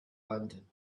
london